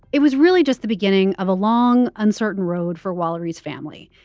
it was really just the beginning of a long, uncertain road for walery's family.